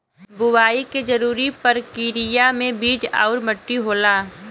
बुवाई के जरूरी परकिरिया में बीज आउर मट्टी होला